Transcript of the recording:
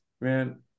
Man